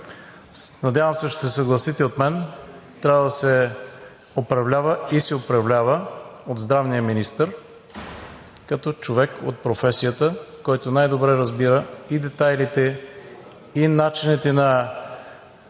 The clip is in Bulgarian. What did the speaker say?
надявам се ще се съгласите с мен, трябва да се управлява и се управлява от здравния министър, като човек от професията, който най-добре разбира и детайлите, и начините на